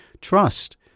trust